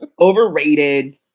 overrated